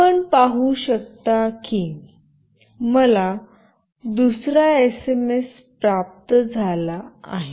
आपण पाहू शकता की मला दुसरा एसएमएस प्राप्त झाला आहे